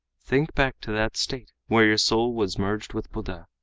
think back to that state where your soul was merged with buddha.